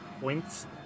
points